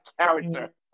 character